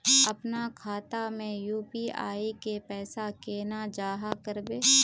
अपना खाता में यू.पी.आई के पैसा केना जाहा करबे?